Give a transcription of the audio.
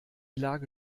lage